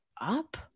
up